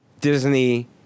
Disney